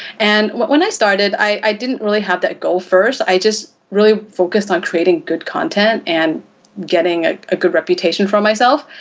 and when i started, i didn't really have that goal first, i just really focused on creating good content and getting a ah good reputation for myself.